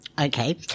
Okay